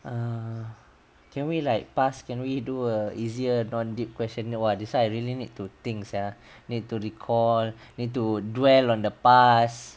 err can we like pass can we do a easier non deep question you know ah this one I really need to think sia need to recall need to dwell on the past